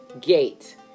Gate